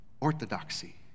orthodoxy